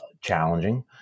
challenging